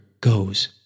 goes